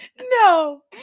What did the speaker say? No